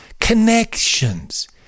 Connections